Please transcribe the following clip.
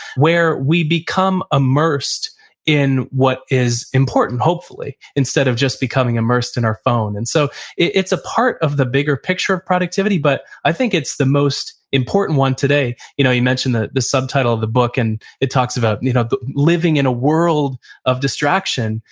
where we become immersed in what is important hopefully instead of just becoming immersed in our phone. and so it's a part of the bigger picture of productivity, but i think it's the most important one today. you know you mentioned the the subtitle of the book and it talks about you know living in a world of distraction.